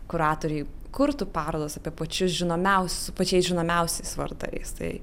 kuratoriai kurtų parodas apie pačius žinomiausius su pačiais žinomiausiais vardais tai